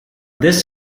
this